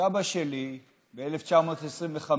סבא שלי, ב-1925,